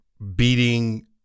beating